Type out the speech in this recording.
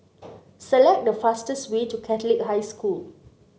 select the fastest way to Catholic High School